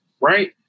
right